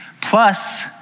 Plus